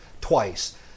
Twice